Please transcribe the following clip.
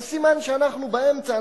אז סימן שאנחנו באמצע,